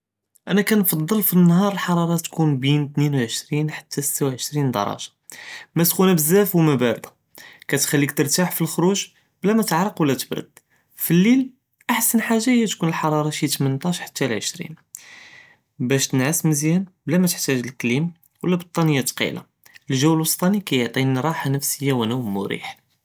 אנא כנפדל פלאנהאר אלחַרָארה תְּכוּן בּין תְנַין וְעֻשְרִין חַתּא לְסִתָּה וְעֶשְרִין דַרַגָּה, מאסְחוּנָה בּזַף ומַא בַּארְדָה, כתְחַלִּיק תִּרְתַח פלאחְרוּג בּלָא מא תַּעְרַק וְלָא תִּבְּרַד, פלאלּיל אַחְסַן חַאגָה הִיָּה תְּכוּן אלחַרָארה שִי תִמְנְטַאש חַתּא לעִשְרִין, בַּאש תִּנְעַס מזְיַאן בּלָא מַתְחְתָּאגּ לְקְלִים וְלָא בְּטַאנִיָה תְקִילָה, אלג׳וּ אִלְוְסְטַאנִי כִּיַעְטִינִי רַאחַה נַפְסִיָּה וְנוּם מְרִיחּ.